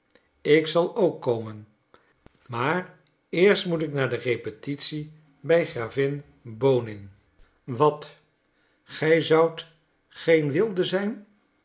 ik zal ook komen maar eerst moet ik naar de repetitie bij gravin bonin wat gij zoudt geen wilde zijn